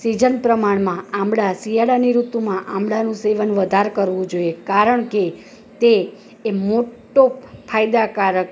season પ્રમાણમાં આમળા શિયાળાની ઋતુમાં આમળાનું સેવન વધારે કરવું જોઈએ કારણ કે તે એ મોટો ફાયદાકારક